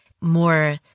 more